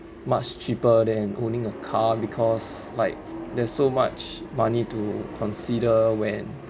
much cheaper than owning a car because like there's so much money to consider when